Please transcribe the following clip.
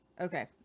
Okay